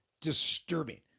disturbing